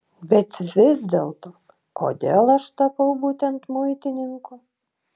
bet vis dėlto kodėl aš tapau būtent muitininku